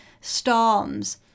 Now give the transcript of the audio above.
storms